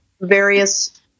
various